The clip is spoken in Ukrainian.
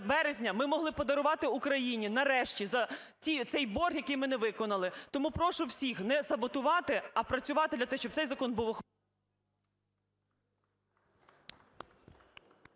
березня ми могли подарувати Україні нарешті цей борг, який ми не виконали. Тому прошу всіх не саботувати, а працювати для того, щоб цей закон був…